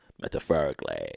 Metaphorically